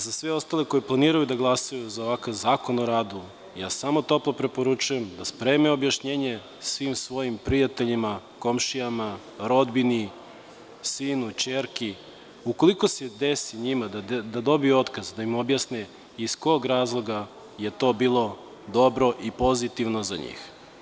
Za sve ostale koji planiraju da glasaju za ovakav zakon o radu samo toplo preporučujem da spreme objašnjenje svim svojim prijateljima, komšijama, rodbini, sinu, ćerki da ukoliko im se desi da dobiju otkaz da im objasne iz kog razloga je to bilo dobro i pozitivno za njih.